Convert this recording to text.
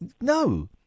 No